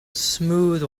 smooth